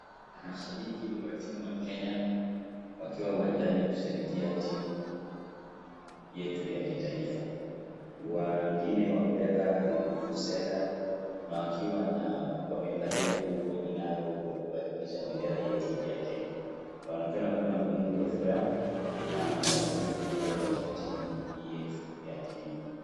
Mashabiki wa timu ya Kenya wakiwa uwanjani kushabikia timu yetu ya kimataifa. Wengine wamebeba vivuvuzela na wakiwa wamevalia nguo inayowakilisha bendera yetu ya Kenya. Wanaonekana kuwa na wingi wa furaha na matazimio makubwa katika timu hii yetu ya Kenya.